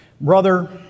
Brother